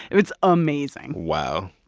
it's amazing wow.